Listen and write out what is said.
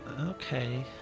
Okay